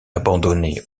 abandonnée